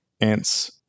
Ant's